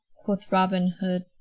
quoth robin hood,